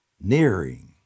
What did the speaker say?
nearing